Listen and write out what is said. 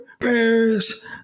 Paris